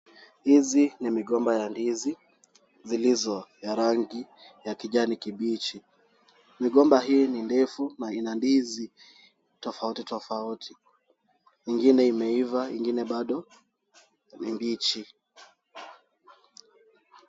Hizi ni migomba ya ndizi zilizo ya kijani kibichi. Migomba hii ni ndefu na ina ndizi tofauti tofauti. Ingine imeiva ingine bado ni mbichi.